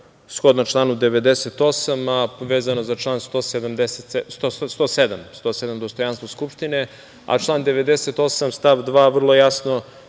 shodno članu 98. a vezano za član 107. dostojanstvo Skupštine, a član 98. stav 2. vrlo jasno